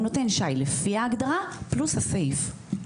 הוא נותן שי לפי ההגדרה פלוס הסעיף.